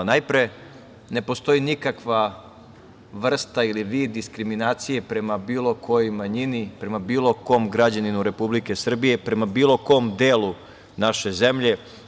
Najpre, ne postoji nikakva vrsta ili vid diskriminacije prema bilo kojoj manjini, prema bilo kom građaninu Republike Srbije, prema bilo kom delu naše zemlje.